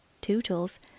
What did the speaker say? Tootles